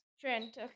Trent